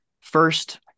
first